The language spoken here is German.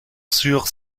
sur